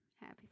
Happy